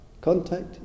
contact